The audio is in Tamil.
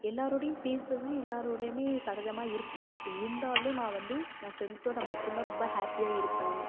எல்லாரோடையும் பேசுவேன் எல்லாரோடையுமே சகஜமாக இருப்பேன் பட் இருந்தாலும் நான் வந்து என் ஃப்ரெண்ட்ஸோட மட்டும் தான் ரொம்ப ஹாப்பியாக இருப்பேன்